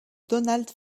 donald